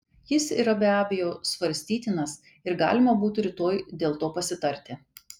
jis yra be abejo svarstytinas ir galima būtų rytoj dėl to pasitarti